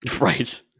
Right